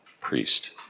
priest